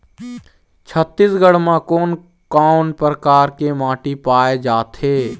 छत्तीसगढ़ म कोन कौन प्रकार के माटी पाए जाथे?